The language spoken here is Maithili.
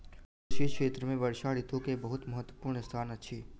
कृषि क्षेत्र में वर्षा ऋतू के बहुत महत्वपूर्ण स्थान अछि